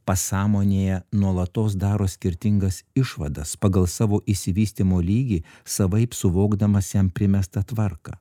pasąmonėje nuolatos daro skirtingas išvadas pagal savo išsivystymo lygį savaip suvokdamas jam primestą tvarką